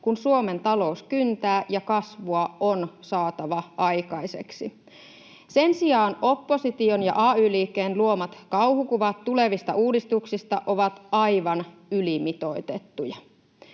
kun Suomen talous kyntää ja kasvua on saatava aikaiseksi. Sen sijaan opposition ja ay-liikkeen luomat kauhukuvat tulevista uudistuksista ovat aivan ylimitoitettuja.